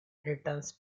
returns